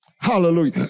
Hallelujah